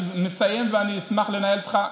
אני מסיים ואשמח לנהל איתך,